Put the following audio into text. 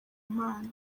impano